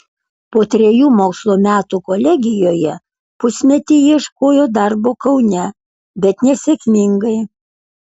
po trejų mokslo metų kolegijoje pusmetį ieškojo darbo kaune bet nesėkmingai